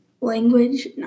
language